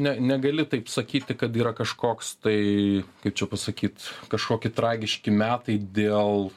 ne negali taip sakyti kad yra kažkoks tai kaip čia pasakyt kažkoki tragiški metai dėl